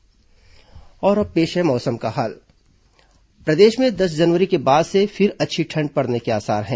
मौसम अब पेश है मौसम का हाल प्रदेश में दस जनवरी के बाद से फिर अच्छी ठंड पड़ने के आसार हैं